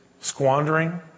squandering